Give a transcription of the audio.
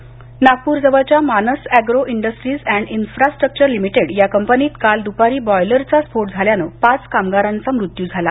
र्फोट नागपूर जवळच्या Manas agro industries and infrastructure limited या कंपनीत काल दुपारी बॉयलरचा स्फोट झाल्यानं पाच कामगारांचा मृत्यू झाला